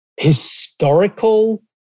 historical